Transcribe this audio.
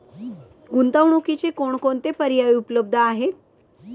गुंतवणुकीचे कोणकोणते पर्याय उपलब्ध आहेत?